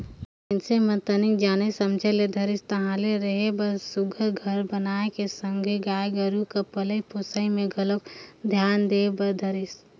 मइनसे मन तनिक जाने समझे ल धरिस ताहले रहें बर सुग्घर घर बनाए के संग में गाय गोरु कर पलई पोसई में घलोक धियान दे बर धरिस